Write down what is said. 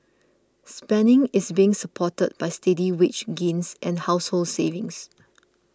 spending is being supported by steady wage gains and household savings